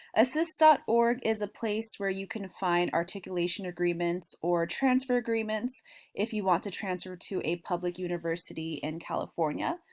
assist dot org is a place where you can find articulation agreements or transfer agreements if you want to transfer to a public university in california.